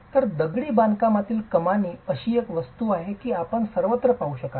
तर दगडी बांधकामातील कमानी अशी एक वस्तू आहे जी आपण सर्वत्र पाहू शकाल